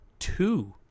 two